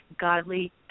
godly